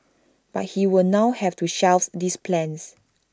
but he will now have to shelve those plans